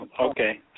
okay